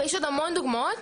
ויש עוד המון דוגמאות.